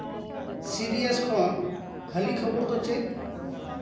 ᱥᱤᱰᱤ S ᱠᱷᱚᱱ ᱦᱟᱹᱞᱤ ᱠᱷᱚᱵᱚᱨ ᱫᱚ ᱪᱮᱫ